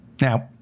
Now